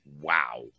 wow